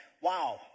Wow